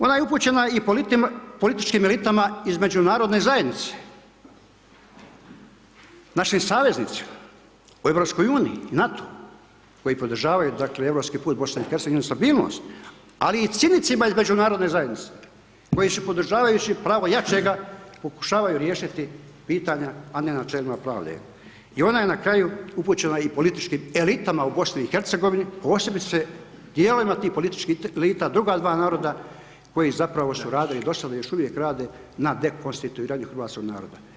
Ona je upućena i političkim elitama iz međunarodne zajednice, znači, saveznici u EU i NATO koji podržavaju, dakle, europski put BiH i njezinu stabilnost, ali i cinicima iz međunarodne zajednice koji su podržavajući pravo jačega, pokušavaju riješiti pitanja, a ne na načelima pravde i ona je na kraju upućena i političkim elitama u BiH, posebice dijelovima tih političkih elita, druga dva naroda, koji zapravo su radili do sada, još uvijek rade na dekonstituiranju hrvatskog naroda.